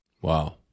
Wow